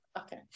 Okay